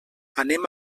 anem